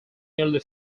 nearly